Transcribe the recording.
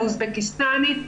האוזבקיסטנית,